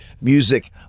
music